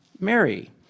Mary